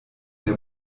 der